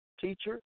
teacher